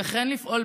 וכן לפעול,